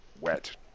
wet